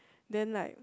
then like